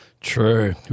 True